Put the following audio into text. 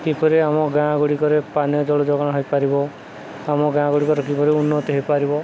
କିପରି ଆମ ଗାଁଗୁଡ଼ିକରେ ପାନୀୟ ଜଳଯୋଗଣ ହେଇପାରିବ ଆମ ଗାଁଗୁଡ଼ିକର କିପରି ଉନ୍ନତି ହୋଇପାରିବ